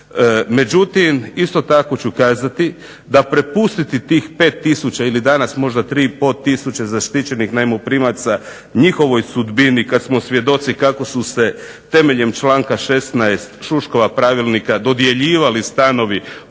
Međutim, isto tako ću kazati da prepustiti tih 5 tisuća ili danas 3,5 tisuće zaštićenih najmoprimaca njihovoj sudbini kada smo svjedoci kako su se temeljem članka 16. Šuškova pravilnika dodjeljivali stanovi